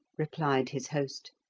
replied his host.